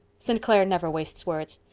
st. clair never wastes words.